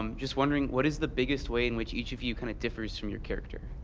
um just wondering what is the biggest way in which each of you kind of differs from your character?